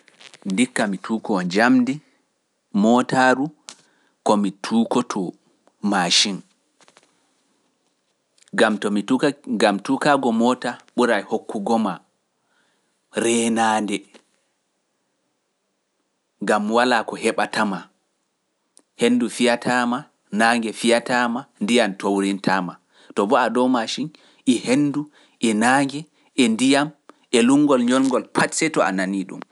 Ndikka mi tuukoo jamdi mootaaru ko mi tuukotoo maa ching, gam tukaago moota ɓura hokkugo ma reenaande, gam walaa ko heɓata maa, hendu fiyataama naange fiyataama ndiyam toorintaama, to wa a dow maa ching e hendu, e nange, e ndiyam, e luggol ñolngol pati see to a nani ɗum.